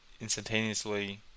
instantaneously